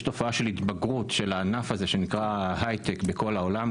יש תופעה של התבגרות של הענף הזה שנקרא הייטק בכל העולם,